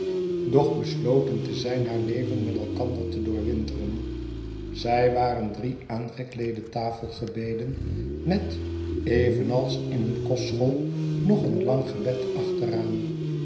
doch besloten te zijn haar leven met elkander te doorwinteren zij waren drie aangekleede tafelgebeden met evenals in een kostschool nog een lang gebed achteraan